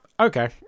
Okay